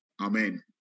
Amen